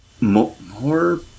more